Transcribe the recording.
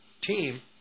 team